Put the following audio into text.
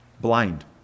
Blind